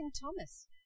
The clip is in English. Thomas